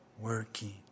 working